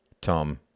Tom